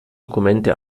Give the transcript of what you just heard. dokumente